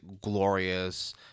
glorious